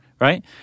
Right